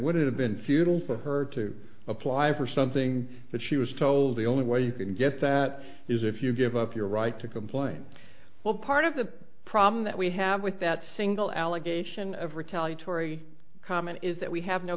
have been futile for her to apply for something that she was told the only way you can get that is if you give up your right to complain what part of the problem that we have with that single allegation of retaliatory comment is that we have no